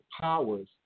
powers